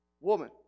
woman